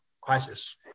crisis